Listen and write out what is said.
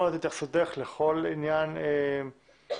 בסעיף 6ב לחוק ניתנה סמכות מפורשת לשר הפנים לקבוע בתקנות את הפטור